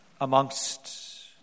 amongst